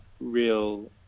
real